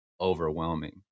overwhelming